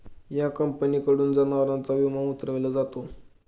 या कंपनीकडून जनावरांचा विमा उतरविला जातो